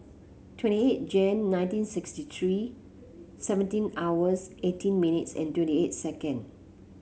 twenty eight Jan nineteen sixty three seventeen hours eighteen minutes and twenty eight second